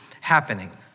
happening